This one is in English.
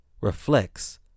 reflects